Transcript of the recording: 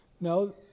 No